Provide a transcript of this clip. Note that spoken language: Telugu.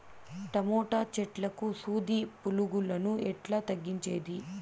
టమోటా చెట్లకు సూది పులుగులను ఎట్లా తగ్గించేది?